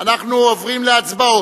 אנחנו עוברים להצבעות,